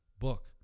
book